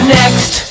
next